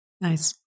Nice